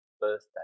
birthday